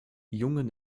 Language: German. jungen